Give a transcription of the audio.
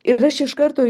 ir aš iš karto